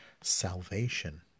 salvation